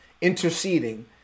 interceding